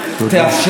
תודה.